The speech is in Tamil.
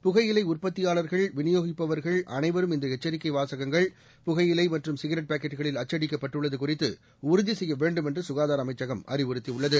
புகையிலை உற்பத்தியாளர்கள் விநியோகிப்பவர்கள் அனைவரும் இந்த எச்சரிக்கை வாசகங்கள் புகையிலை மற்றும் சிகரெட் பாக்கெட்டுகளில் அச்சடிக்கப்பட்டுள்ளது குறித்து உறுதி செய்யவேண்டும் என்று சுகாதார அமைச்சகம் அறிவுறுத்தியுள்ளது